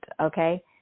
okay